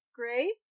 great